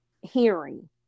hearing